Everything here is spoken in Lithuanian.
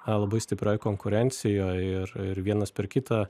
a labai stiprioj konkurencijoj ir ir vienas per kitą